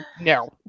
No